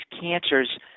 cancers